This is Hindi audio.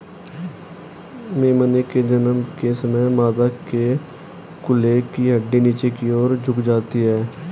मेमने के जन्म के समय मादा के कूल्हे की हड्डी नीचे की और झुक जाती है